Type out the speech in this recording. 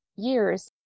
years